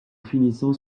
finissant